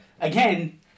again